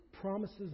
Promises